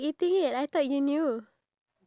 yeah true